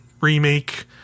remake